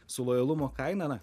su lojalumo kaina na